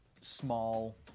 small